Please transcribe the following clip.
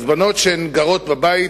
אז בנות שגרות בבית,